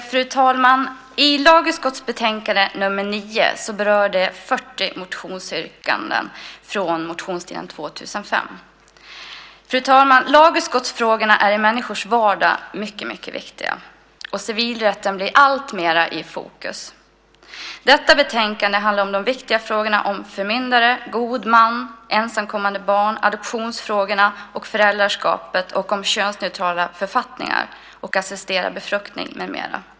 Fru talman! I lagutskottets betänkande 9 behandlas 40 motionsyrkanden från den allmänna motionstiden år 2005. Lagutskottets frågor är mycket viktiga i människors vardag, och civilrätten kommer alltmer i fokus. Detta betänkande handlar om viktiga frågor som förmyndare, god man, ensamkommande barn, adoption, föräldraskap, könsneutrala författningar, assisterad befruktning med mera.